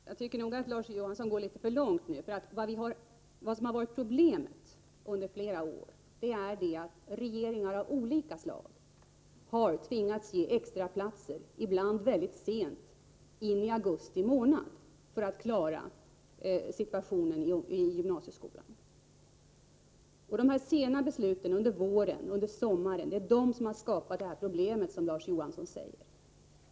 Herr talman! Jag tycker nog att Larz Johansson går litet för långt nu. Vad som under flera år varit problemet är att regeringar av olika slag ibland har tvingats ge extraplatser väldigt sent, dvs. ända in i augusti månad, för att klara situationen i gymnasieskolan. Det är de här sena besluten under våren och sommaren som skapat de problem som Larz Johansson berör.